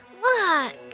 look